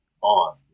on